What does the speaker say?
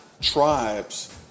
Tribe's